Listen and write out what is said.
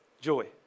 joy